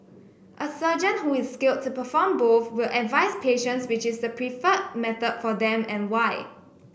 a surgeon who is skilled to perform both will advise patients which is the preferred method for them and why